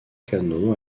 canon